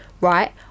right